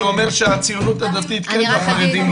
שאומר שהציונות הדתית כן והחרדים לא?